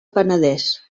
penedès